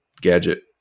gadget